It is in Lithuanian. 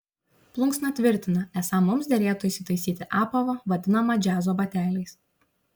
plunksna tvirtina esą mums derėtų įsitaisyti apavą vadinamą džiazo bateliais